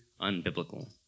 unbiblical